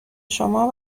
شما